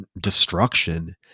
destruction